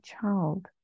child